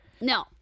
no